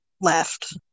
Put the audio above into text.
left